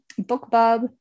BookBub